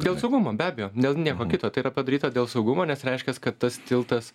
dėl saugumo be abejo dėl nieko kito tai yra padaryta dėl saugumo nes reiškias kad tas tiltas